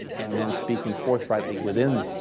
and then speaking forthrightly within